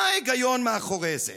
מה ההיגיון מאחורי זה?